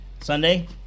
sunday